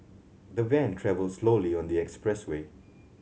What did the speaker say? the van travelled slowly on the expressway